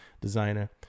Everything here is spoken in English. designer